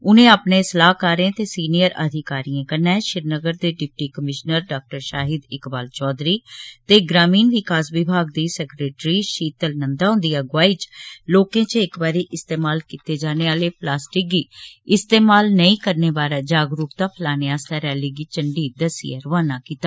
उनें अपने सलाहकारें ते वरिष्ठ अधिकारिएं कन्नै श्रीनगर दे डिप्टी कमीशनर डॉ शाहिद इकबाल चौघरी ते ग्रामीण विकास विभाग दी सैक्रेटरी शीतल नंदा हुंदी अगुवाई च लोकें च इक बारी इस्तेमाल कीते जाने आले प्लास्टिक गी इस्तेमाल नेईं करने बारे जागरूकता फैलाने आस्तै रैली गी झंडी दस्सियै रवाना कीता